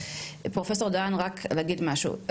פרופסור דהן רק להגיד משהו,